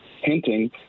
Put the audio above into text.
hinting